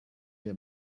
der